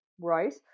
Right